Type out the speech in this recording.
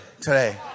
today